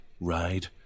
Ride